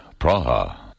Praha